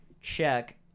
check